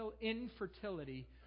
infertility